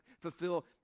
fulfill